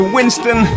Winston